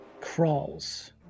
crawls